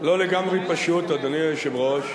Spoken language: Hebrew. לא לגמרי פשוט, אדוני היושב-ראש,